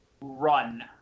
Run